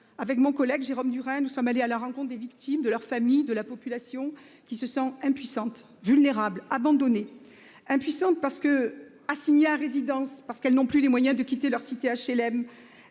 avec mon collègue Jérôme Durain. Nous sommes allés à la rencontre des victimes de leur famille, de la population qui se sent impuissante vulnérable abandonnée, impuissante parce que assignée à résidence parce qu'elles n'ont plus les moyens de quitter leur cité HLM